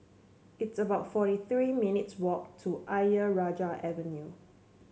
it's about forty three minutes' walk to Ayer Rajah Avenue